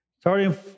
starting